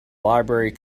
library